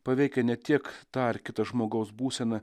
paveikė ne tik tarkim žmogaus būseną